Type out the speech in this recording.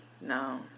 no